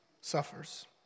suffers